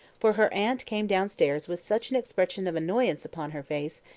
for her aunt came downstairs with such an expression of annoyance upon her face,